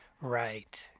right